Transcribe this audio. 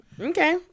Okay